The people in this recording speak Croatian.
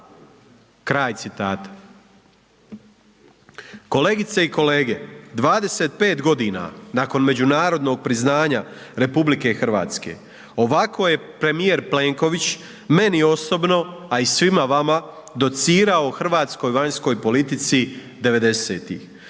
Kraj citata. Kolegice i kolege, 25 godina nakon međunarodnog priznanja RH ovako je premijer Plenković meni osobno, a i svima vama docirao o hrvatskoj vanjskoj politici '90. Možete